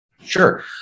Sure